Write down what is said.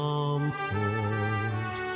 Comfort